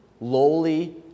lowly